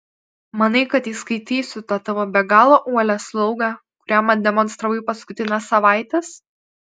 manai kad įskaitysiu tą tavo be galo uolią slaugą kurią man demonstravai paskutines savaites